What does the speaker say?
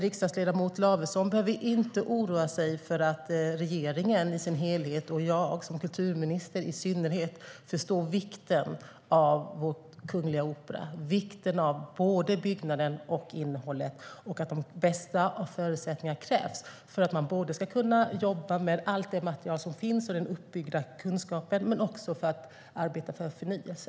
Riksdagsledamot Lavesson behöver inte oroa sig för att regeringen i sin helhet och i synnerhet jag som kulturminister inte förstår vikten av vår kungliga opera, både av byggnaden och innehållet, och att de bästa av förutsättningar krävs för att man ska kunna jobba med allt det material som finns och den uppbyggda kunskapen men också för att arbeta för förnyelse.